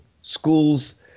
schools